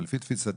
אבל לפי תפיסתי,